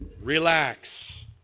Relax